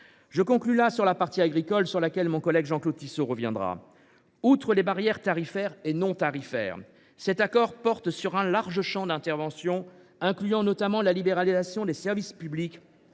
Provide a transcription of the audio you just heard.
davantage sur le volet agricole, sur lequel mon collègue Jean Claude Tissot reviendra. Outre les barrières tarifaires et non tarifaires, cet accord porte sur un large champ d’intervention, incluant notamment la libéralisation des services publics,